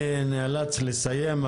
אני נאלץ לסיים.